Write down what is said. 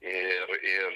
ir ir